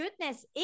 goodness